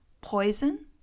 poison